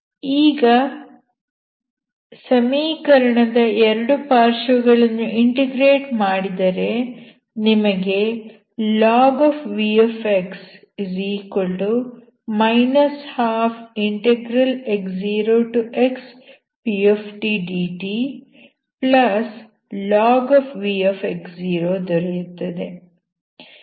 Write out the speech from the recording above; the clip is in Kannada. ಈಗ ಸಮೀಕರಣದ ಎರಡು ಪಾರ್ಶ್ವಗಳನ್ನು ಇಂಟಗ್ರೇಟ್ ಮಾಡಿದರೆ ನಿಮಗೆ log v 12x0xptdtlog v ದೊರೆಯುತ್ತದೆ